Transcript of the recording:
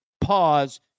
pause